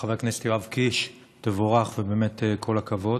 חבר הכנסת יואב קיש, תבורך, ובאמת כל הכבוד.